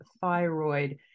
thyroid